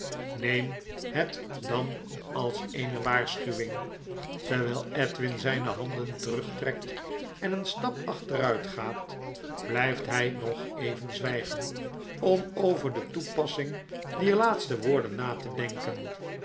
neem het dan als eene waar schu wing terwyi edwin zpe handen terugtrekt en een stap achteruitgaat biyft hi nog even zwijgen om over de toepassing dier laatste woorden na te denken